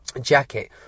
jacket